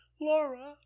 Laura